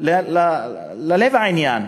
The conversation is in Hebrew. ללב העניין,